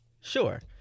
Sure